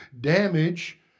damage